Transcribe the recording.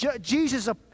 Jesus